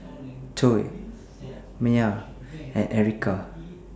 Coy Myah and Ericka